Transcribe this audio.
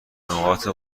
نقاط